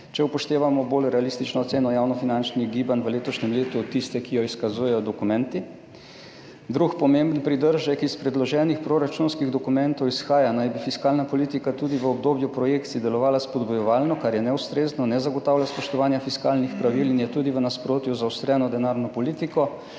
če upoštevamo bolj realistično oceno javnofinančnih gibanj v letošnjem letu, tisto, ki jo izkazujejo dokumenti. Drug pomemben pridržek iz predloženih proračunskih dokumentov izhaja iz tega, da naj bi fiskalna politika tudi v obdobju projekcij delovala spodbujevalno, kar je neustrezno, ne zagotavlja spoštovanja fiskalnih pravil in je tudi v nasprotju z zaostreno denarno politiko.